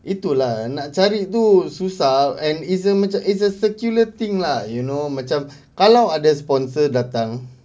itu lah nak cari tu susah and it's a it's a circular thing lah you know macam kalau ada other sponsor datang